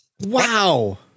Wow